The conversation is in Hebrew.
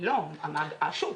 השוק.